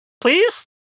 please